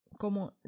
como